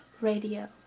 Radio